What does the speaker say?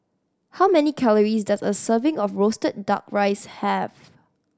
how many calories does a serving of roasted Duck Rice have